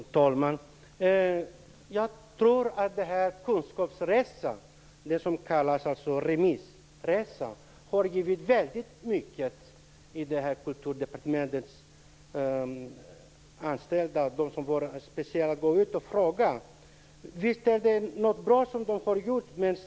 Fru talman! Jag tror att den här kunskapsresan, det som kallas remissresa, har givit väldigt mycket för Kulturdepartementets anställda, dem som var speciellt utsedda att gå ut och fråga. Visst är det bra som de har gjort.